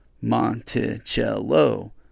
Monticello